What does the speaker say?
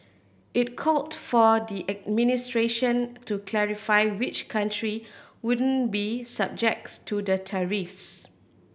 it called for the administration to clarify which country won't be subjects to the tariffs